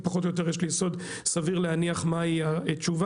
פחות או יותר יש לי יסוד סביר להניח מהי התשובה.